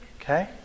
Okay